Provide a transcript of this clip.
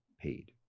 paid